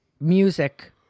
music